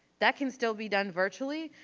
that can still be done virtually,